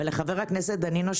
ולחבר הכנסת דנינו,